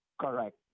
Correct